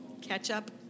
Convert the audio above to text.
ketchup